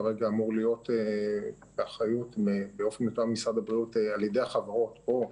כרגע אמור להיות באופן מתואם עם משרד הבריאות על ידי החברות פה,